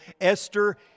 Esther